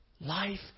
Life